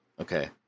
Okay